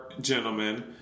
gentlemen